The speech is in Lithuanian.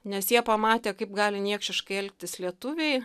nes jie pamatė kaip gali niekšiškai elgtis lietuviai